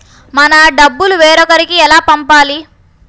మన డబ్బులు వేరొకరికి ఎలా పంపాలి?